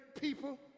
people